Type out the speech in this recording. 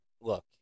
look